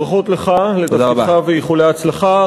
ברכות לך על תפקידך ואיחולי הצלחה.